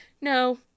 no